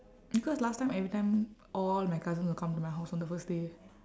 because last time every time all my cousins will come to my house on the first day